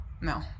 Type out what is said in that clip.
No